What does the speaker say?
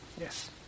Yes